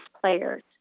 players